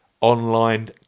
online